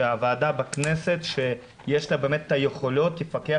שהוועדה בכנסת שיש לה באמת את היכולות תפקח